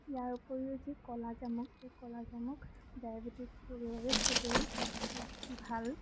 ইয়াৰোপৰিও যি ক'লাজামুক সেই ক'লাজামুক ডায়বেটিছ ৰোগীৰ বাবে খুবেই এক ভাল